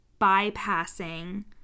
bypassing